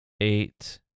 eight